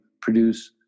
produce